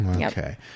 Okay